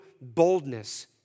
boldness